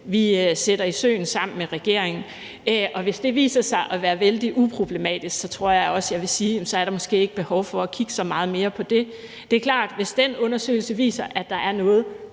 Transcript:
vi sætter i søen sammen med regeringen. Og hvis det viser sig at være vældig uproblematisk, tror jeg også, jeg vil sige, at så er der måske ikke behov for at kigge så meget mere på det. Det er klart, at hvis den undersøgelse viser, at der er noget,